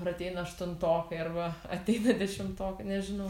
ar ateina aštuntokai arba ateina dešimtokai nežinau